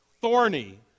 thorny